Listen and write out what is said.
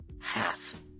half